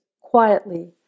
quietly